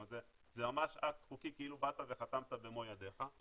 וזה ממש אקט חוקי כאילו באת וחתמת במו ידיך,